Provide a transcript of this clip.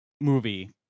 movie